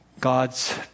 God's